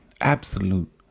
absolute